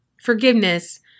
forgiveness